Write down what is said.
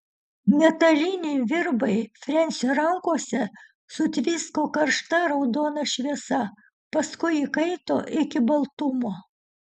metaliniai virbai frensio rankose sutvisko karšta raudona šviesa paskui įkaito iki baltumo